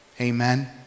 Amen